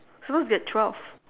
supposed to get twelve